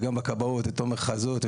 וגם בכבאות לתומר חזות,